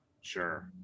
Sure